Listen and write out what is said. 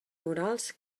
murals